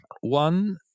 one